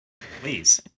Please